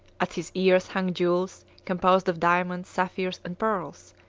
at his ears hung jewels, composed of diamonds, sapphires, and pearls,